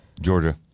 Georgia